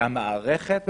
שהמערכת,